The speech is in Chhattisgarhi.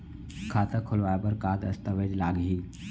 खाता खोलवाय बर का का दस्तावेज लागही?